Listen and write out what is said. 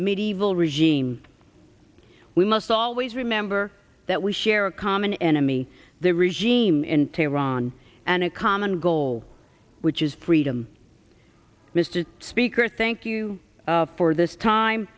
medieval regime we must always remember that we share a common enemy the regime in tehran and a common goal which is freedom mr speaker thank you for this time